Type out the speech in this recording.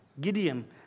Gideon